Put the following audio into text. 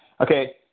Okay